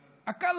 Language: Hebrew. אכלהא.